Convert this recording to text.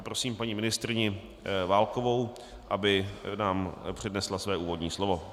Prosím paní ministryni Válkovou, aby přednesla své úvodní slovo.